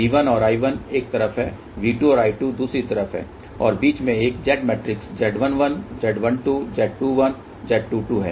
V1 और I1 एक तरफ हैं V2 और I2 दूसरी तरफ हैं और बीच में एक Z matrix Z11 Z12 Z21 Z22 है